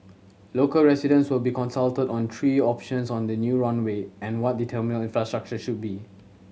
local residents will be consulted on three options for the new runway and what the terminal infrastructure should be